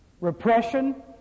Repression